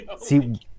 See